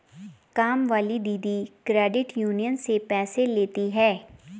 कामवाली दीदी credit union से पैसे लेती हैं